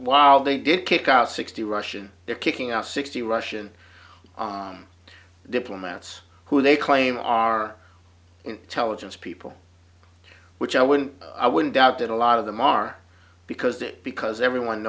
while they did kick out sixty russian they're kicking out sixty russian diplomats who they claim on our intelligence people which i wouldn't i wouldn't doubt that a lot of them are because that because everyone